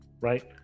right